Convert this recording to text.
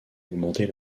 augmenter